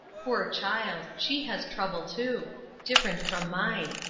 poor child! she has trouble too different from mine.